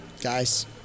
guys